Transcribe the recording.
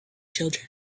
children